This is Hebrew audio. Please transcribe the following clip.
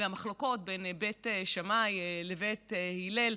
והמחלוקות בין בית שמאי לבית הלל.